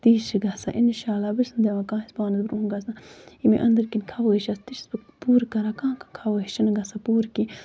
تہِ چھُ گژھان اِنشاء اللہ بہٕ چھَس نہٕ دِوان کٲنسہِ پانَس برونٛہہ گژھہٕ یہِ مےٚ أندٕرۍ کِنۍ خَوٲہشات تہِ چھَس بہٕ پوٗرٕ کران کانٛہہ کانٛہہ خوٲہِش چھےٚ نہٕ گژھان پوٗرٕ کیٚنٛہہ